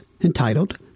entitled